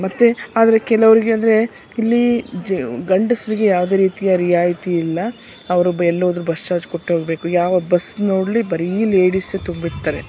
ಮತ್ತು ಆದರೆ ಕೆಲವರಿಗೆ ಅಂದರೆ ಇಲ್ಲಿ ಜ ಗಂಡಸರಿಗೆ ಯಾವುದೇ ರೀತಿಯ ರಿಯಾಯಿತಿ ಇಲ್ಲ ಅವರು ಎಲ್ಲೋದ್ರೂ ಬಸ್ ಚಾರ್ಜ್ ಕೊಟ್ಟೇ ಹೋಗ್ಬೇಕು ಯಾವ ಬಸ್ ನೋಡಲಿ ಬರೀ ಲೇಡಿಸ್ಸೇ ತುಂಬಿರ್ತಾರೆ